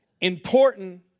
important